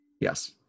Yes